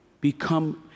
become